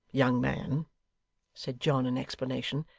young man said john, in explanation,